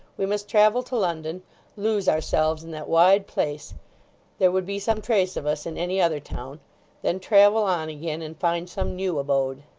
we must travel to london lose ourselves in that wide place there would be some trace of us in any other town then travel on again, and find some new abode